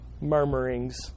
murmurings